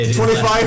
25